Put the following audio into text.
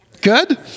Good